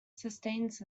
sustains